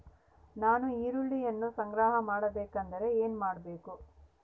ನಾನು ಈರುಳ್ಳಿಯನ್ನು ಸಂಗ್ರಹ ಮಾಡಬೇಕೆಂದರೆ ಏನು ಮಾಡಬೇಕು?